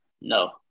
no